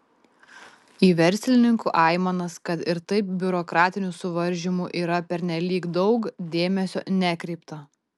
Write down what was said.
į verslininkų aimanas kad ir taip biurokratinių suvaržymų yra pernelyg daug dėmesio nekreipta